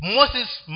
Moses